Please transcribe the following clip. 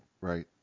right